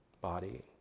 body